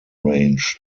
range